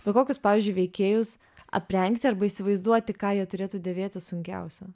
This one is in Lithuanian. bet kokius pavyzdžiui veikėjus aprengti arba įsivaizduoti ką jie turėtų dėvėti sunkiausia